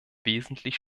wesentlich